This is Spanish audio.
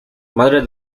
madre